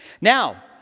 Now